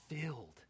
filled